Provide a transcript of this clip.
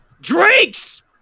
drinks